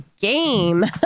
game